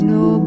no